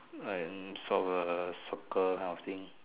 and saw a soccer kind of thing